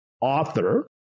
author